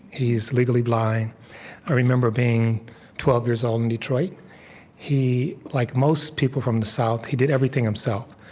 he's legally blind i remember being twelve years old in detroit he, like most people from the south, he did everything himself.